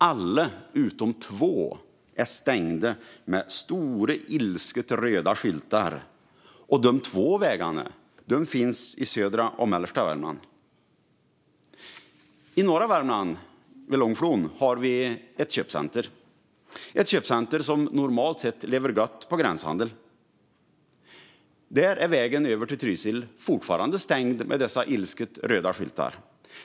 Alla utom två är stängda med stora, ilsket röda skyltar, och de två vägarna finns i södra och mellersta Värmland. I norra Värmland, vid Långflon, har vi ett köpcenter som normalt lever gott på gränshandel. Där är vägen över gränsen till Trysil fortfarande stängd med dessa ilsket röda skyltar.